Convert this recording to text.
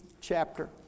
chapter